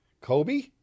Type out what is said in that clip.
Kobe